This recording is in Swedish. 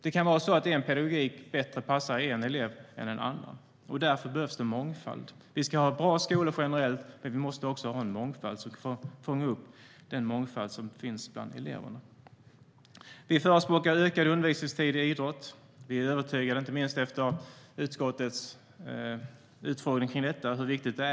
Det kan vara så att en pedagogik bättre passar en elev än en annan. Därför behövs det mångfald. Vi ska ha bra skolor generellt. Men vi måste också ha en mångfald för att fånga upp den mångfald som finns bland eleverna. Vi förespråkar ökad undervisningstid i idrott. Inte minst efter utskottets utfrågning om detta är vi övertygade om hur viktigt det är.